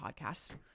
podcasts